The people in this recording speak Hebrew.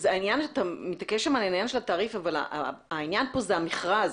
אתה מתעקש על עניין התעריף אבל העניין פה זה המכרז.